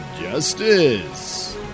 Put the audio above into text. justice